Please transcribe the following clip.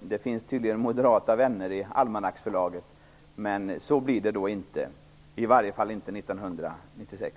Det finns tydligen moderata vänner i almanacksförlaget. Men så blir det nu inte, i alla fall inte 1996.